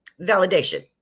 validation